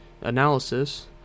Analysis